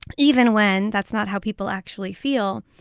even when that's not how people actually feel,